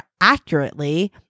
accurately